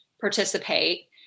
participate